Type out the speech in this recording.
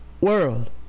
World